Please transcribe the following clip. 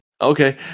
okay